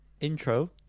Intro